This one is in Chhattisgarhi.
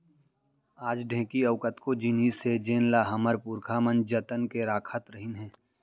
आज ढेंकी अउ कतको जिनिस हे जेन ल हमर पुरखा मन जतन के राखत रहिन हे